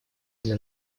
для